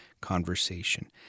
conversation